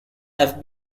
have